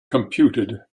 computed